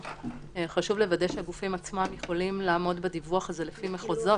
חשוב לוודא שהגופים עצמם יכולים לעמוד בדיווח הזה לפי מחוזות.